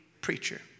preacher